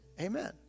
Amen